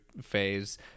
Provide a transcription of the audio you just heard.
phase